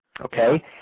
okay